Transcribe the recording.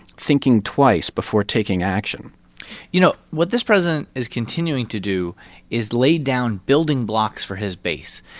thinking twice before taking action you know, what this president is continuing to do is lay down building blocks for his base,